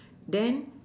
then